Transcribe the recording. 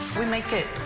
we make it